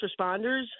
responders